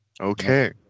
Okay